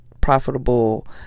profitable